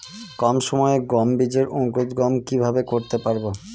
কম সময়ে গম বীজের অঙ্কুরোদগম কিভাবে করতে পারব?